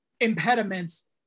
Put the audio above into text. impediments